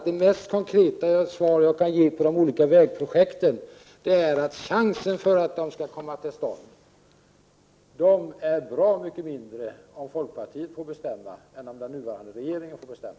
Det mest konkreta svar jag kan ge om de olika vägprojekten är alltså att chansen för att de skall komma till stånd är bra mycket mindre om folkpartiet får bestämma än om den nuvarande regeringen får bestämma.